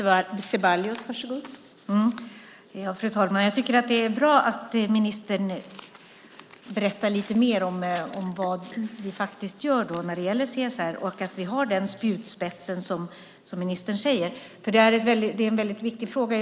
Fru talman! Jag tycker att det är bra att ministern berättar lite mer om vad vi faktiskt gör när det gäller CSR och att vi har en spjutspets som ministern säger. Det är en väldigt viktig fråga.